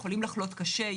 יכולים לחלות קשה,